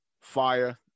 Fire